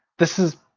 this is,